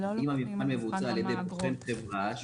אם המבחן מבוצע על ידי בוחן חברה,